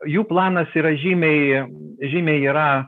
jų planas yra žymiai žymiai yra